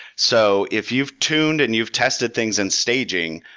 so if you've tuned and you've tested things in staging,